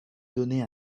donner